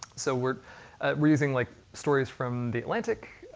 so we're raising like stories from the atlantic,